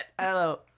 Hello